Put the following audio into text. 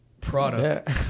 product